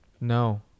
No